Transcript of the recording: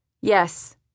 Yes